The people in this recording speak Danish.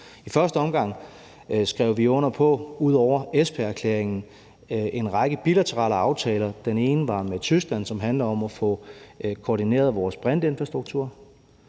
I første omgang skrev vi ud over Esbjergerklæringen under på en række bilaterale aftaler. Den ene var med Tyskland, som handler om at få koordineret vores brintinfrastruktur;